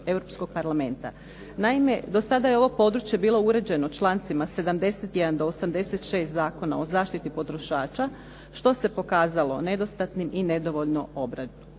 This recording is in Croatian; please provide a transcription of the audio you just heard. Naime, do sada je ovo područje bilo uređeno člancima 71 do 86 Zakona o zaštiti potrošača što se pokazalo nedostatnim i nedovoljno obrađeno.